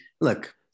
Look